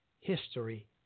history